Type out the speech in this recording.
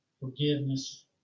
forgiveness